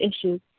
issues